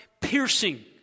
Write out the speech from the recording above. piercing